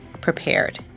prepared